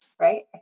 right